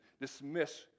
dismiss